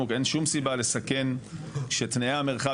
אין שום סיבה לסכן שתנאי המרחב,